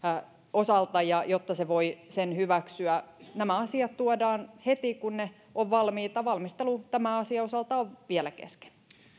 osalta jotta se voi sen hyväksyä nämä asiat tuodaan heti kun ne ovat valmiita valmistelu tämän asian osalta on vielä kesken